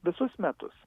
visus metus